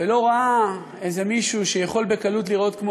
ולא ראה מישהו שיכול בקלות להיראות כמו